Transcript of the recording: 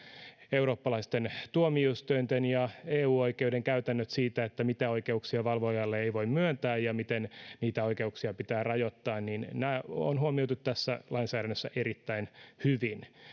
eurooppalaisten tuomioistuinten ja eu oikeuden käytännöt siitä mitä oikeuksia valvojalle ei voi myöntää ja miten niitä oikeuksia pitää rajoittaa nämä on huomioitu tässä lainsäädännössä erittäin hyvin